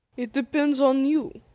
it depends on you,